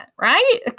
right